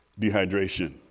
dehydration